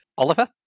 Oliver